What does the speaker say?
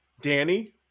Danny